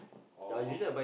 oh